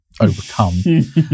overcome